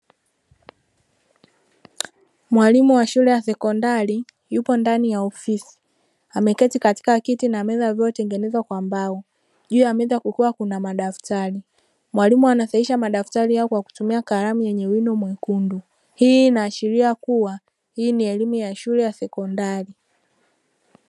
Mwalimu wa shule ya sekondari yupo ndani ya ofisi ameketi katika kiti na meza vilivyotengenezwa kwa mbao juu ya neza kukiwa na madftari mwalimu anasahihisha madaftari kwa kutumia kalamu yenye wino mwekundu hii inaashiria kuwa ni elimu ya shule ya sekondari.